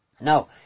No